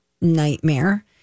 nightmare